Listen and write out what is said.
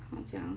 他讲